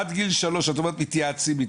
עד גיל שלוש את אומרת מתייעצים איתך.